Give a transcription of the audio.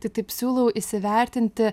tai taip siūlau įsivertinti